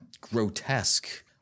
grotesque